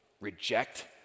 Reject